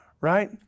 Right